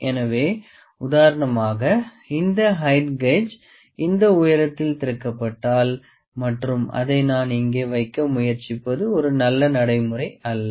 எனவே உதாரணமாக இந்த ஹெயிட் காஜ் இந்த உயரத்தில் திறக்கப்பட்டால் மற்றும் அதை நான் இங்கே வைக்க முயற்சிப்பது ஒரு நல்ல நடைமுறை அல்ல